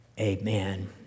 amen